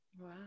Wow